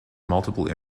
multiple